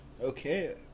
Okay